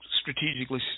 strategically